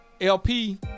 LP